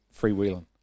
freewheeling